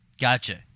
Gotcha